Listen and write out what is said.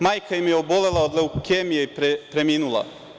Majka im je obolela od leukemije i preminula.